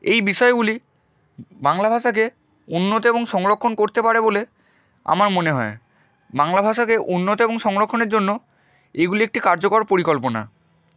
এই বিষয়গুলি বাংলা ভাষাকে উন্নত এবং সংরক্ষণ করতে পারে বলে আমার মনে হয় বাংলা ভাষাকে উন্নত এবং সংরক্ষণের জন্য এগুলি একটি কার্যকর পরিকল্পনা